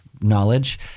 knowledge